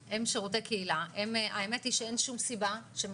הם שרותי קהילה הם רוצים להפעיל אותו בקהילה,